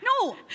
No